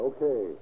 Okay